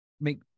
make